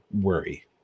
worry